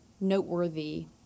noteworthy